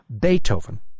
Beethoven—